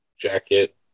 jacket